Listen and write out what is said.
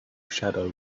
shadow